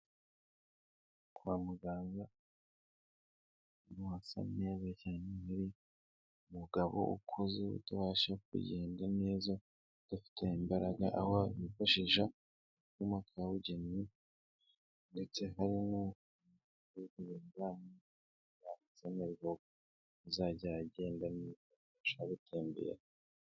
Kwa muganga musa neza cyane yari mu umugabo kugenda neza dufite imbaraga ahomufashishamo kabugeni ndetse hari n' yazimirwa azajya agenda gutembera.